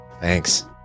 thanks